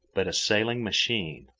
but a sailing machine.